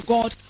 God